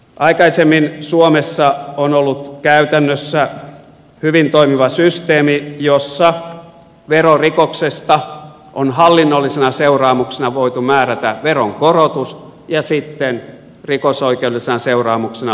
aikaisemmin suomessa on ollut käytännössä hyvin toimiva systeemi jossa verorikoksesta on hallinnollisena seuraamuksena voitu määrätä veronkorotus ja sitten rikosoikeudellisena seuraamuksena asianmukainen sakko